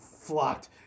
flocked